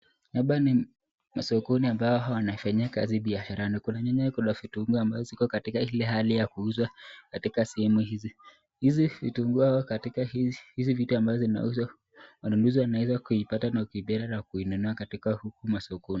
Hapa ni sokoni ambapo wanafanya kazi ya biashara ndogondogo, kuna nyanya kuna vitunguu ambao ziko katika ile hali ya kuuzwa katika sehemu hizi. Hizi vitunguu yako katika hizi vitu ambazo zinauzwa wanunuzi wanaweza kuipata na kuipenda na kuinunua katika huku masokoni.